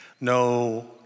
No